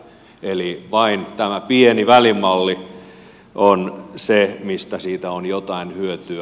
eli vain tämä pieni välimalli on se missä siitä on jotain hyötyä